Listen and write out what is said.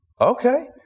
Okay